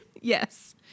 Yes